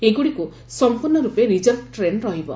ଏଗୁଡ଼ିକୁ ସମ୍ପୂର୍ଣ୍ଣ ରୂପେ ରିର୍ଜଭ୍ଡ ଟ୍ରେନ୍ ରହିବ